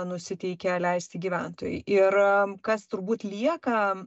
nusiteikę leisti gyventojai ir kas turbūt lieka